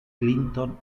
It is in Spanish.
clinton